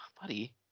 buddy